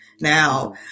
now